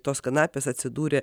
tos kanapės atsidūrė